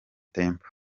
temple